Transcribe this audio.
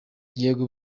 yego